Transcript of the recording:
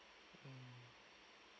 mm